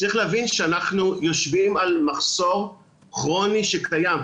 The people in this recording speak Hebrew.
צריך להבין שאנחנו יושבים על מחסור כרוני שקיים.